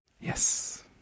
Yes